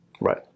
Right